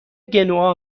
گنوا